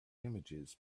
images